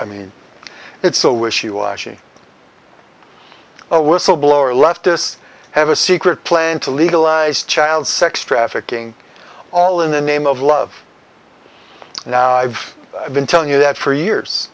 i mean it's so wishy washy a whistle blower leftists have a secret plan to legalize child sex trafficking all in the name of love now i've been telling you that for years